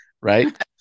Right